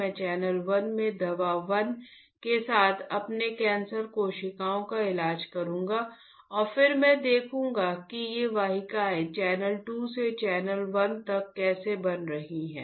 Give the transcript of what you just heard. मैं चैनल 1 में दवा 1 के साथ अपने कैंसर कोशिकाओं का इलाज करूंगा और फिर से देखूंगा कि ये वाहिकाएं चैनल 2 से चैनल 1 तक कैसे बन रही हैं